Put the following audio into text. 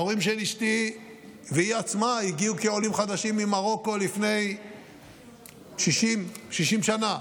ההורים של אשתי והיא עצמה הגיעו כעולים חדשים ממרוקו לפני 60 שנה,